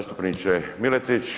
Zastupniče Miletić,